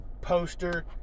poster